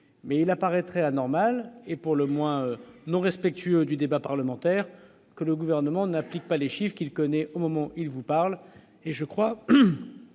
mais il apparaît très anormal et pour le moins non respectueux du débat parlementaire, que le gouvernement n'applique pas les chiffres qu'il connaît au moment il vous parle